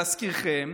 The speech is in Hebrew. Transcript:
להזכירכם,